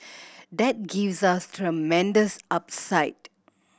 that gives us tremendous upside